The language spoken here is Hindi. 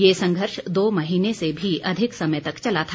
यह संघर्ष दो महीने से भी अधिक समय तक चला था